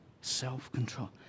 Self-control